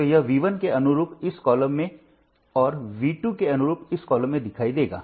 तो यह V1 के अनुरूप इस कॉलम में और V2 के अनुरूप इस कॉलम में दिखाई देगा